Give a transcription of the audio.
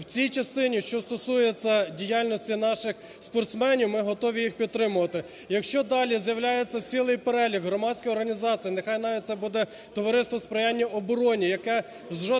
В цій частині, що стосується діяльності наших спортсменів, ми готові їх підтримувати. Якщо далі з'являється цілий перелік громадських організацій, нехай навіть це буде Товариство сприянню обороні, яке жодним чином